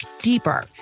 deeper